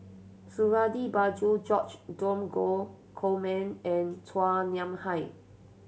Suradi Parjo George Dromgold Coleman and Chua Nam Hai